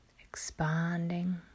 expanding